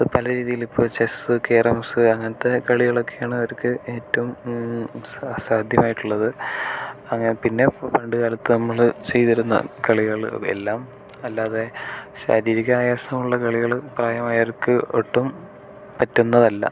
അത് പല രീതിയിൽ ഇപ്പോൾ ചെസ്സ് കാരംസ് അങ്ങനത്തെ കളികളൊക്കെയാണ് അവർക്ക് ഏറ്റവും സാ സാധ്യമായിട്ടുള്ളത് അങ്ങ പിന്നെ പണ്ട് കാലത്ത് നമ്മൾ ചെയ്തിരുന്ന കളികൾ എല്ലാം അല്ലാതെ ശാരീരിക ആയാസൊള്ള കളികൾ പ്രായമായവർക്ക് ഒട്ടും പറ്റുന്നതല്ല